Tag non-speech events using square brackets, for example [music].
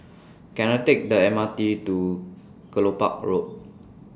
[noise] Can I Take The M R T to Kelopak Road